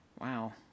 Wow